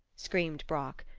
screamed brock.